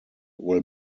will